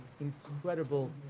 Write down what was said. incredible